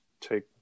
take